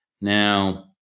now